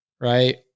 right